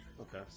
Okay